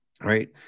right